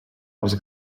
els